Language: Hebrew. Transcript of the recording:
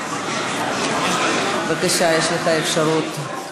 בבקשה, יש לך אפשרות.